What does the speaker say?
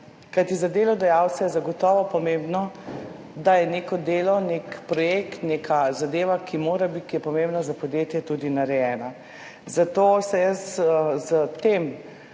delodajalce je zagotovo pomembno, da je neko delo, nek projekt, neka zadeva, ki je pomembna za podjetje, tudi narejena. Zato se jaz s tem